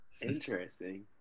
Interesting